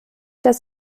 das